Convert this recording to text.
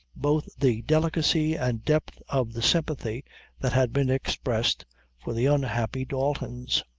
both the delicacy and depth of the sympathy that had been expressed for the unhappy daltons.